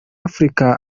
africa